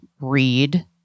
read